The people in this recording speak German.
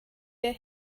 der